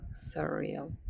surreal